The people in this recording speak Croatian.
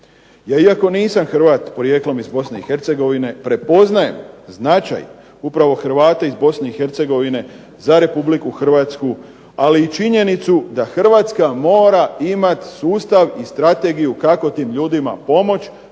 Ja iako nisam Hrvat porijeklom iz Bosne i Hercegovine prepoznajem značaj upravo Hrvata iz Bosne i Hercegovine za Republiku Hrvatsku, ali i činjenicu da Hrvatska mora imati sustav i strategiju kako tim ljudima pomoći